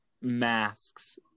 masks